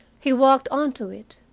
he walked onto it,